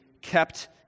kept